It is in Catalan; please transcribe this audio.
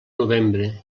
novembre